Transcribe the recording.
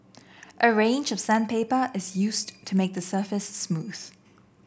a range of sandpaper is used to to make the surface smooth